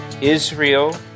Israel